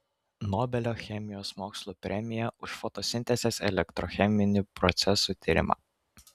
nobelio chemijos mokslų premija už fotosintezės elektrocheminių procesų tyrimą